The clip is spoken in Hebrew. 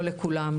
לא לכולם,